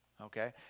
okay